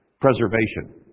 preservation